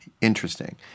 interesting